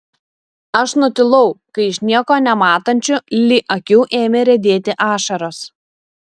aš nutilau kai iš nieko nematančių li akių ėmė riedėti ašaros